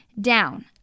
down